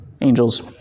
angels